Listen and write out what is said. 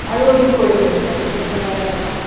আৰু অধিক কৰি তুলিছে তেনেকুৱা এটা কথা